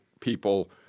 people